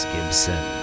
Gibson